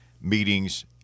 meetings